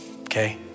okay